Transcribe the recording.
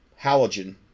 halogen